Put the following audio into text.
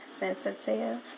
sensitive